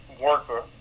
worker